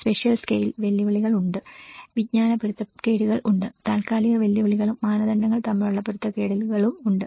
spatial scale വെല്ലുവിളികൾ ഉണ്ട് വിജ്ഞാന പൊരുത്തക്കേടുകൾ ഉണ്ട് താൽക്കാലിക വെല്ലുവിളികളും മാനദണ്ഡങ്ങൾ തമ്മിലുള്ള പൊരുത്തക്കേടുകളും ഉണ്ട്